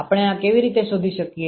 આપણે આ કેવી રીતે શોધી શકીએ